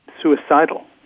suicidal